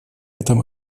этом